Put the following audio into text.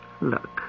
Look